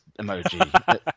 emoji